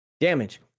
Damage